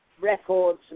records